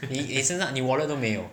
你身上你 wallet 都没有